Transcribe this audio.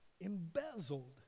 embezzled